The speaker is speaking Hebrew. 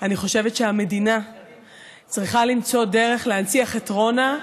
אני חושבת שהמדינה צריכה למצוא דרך להנציח את רונה,